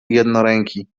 jednoręki